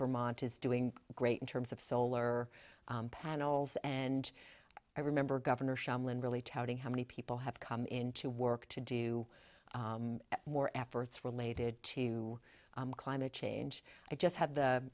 vermont is doing great in terms of solar panels and i remember governor shumlin really touting how many people have come in to work to do more efforts related to climate change i just had the